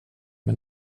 men